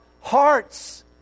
hearts